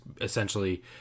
essentially